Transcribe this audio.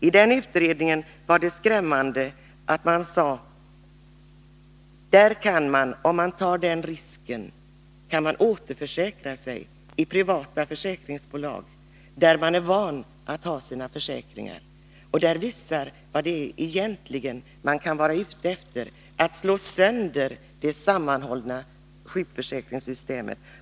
I utredningen sade man, skrämmande nog, att om de privata företagen tar den risken så kan de återförsäkra sig i de privata försäkringsbolag där de är vana att ha sina försäkringar. Det visar vad man egentligen är ute efter — att slå sönder det sammanhållna sjukförsäkringssystemet.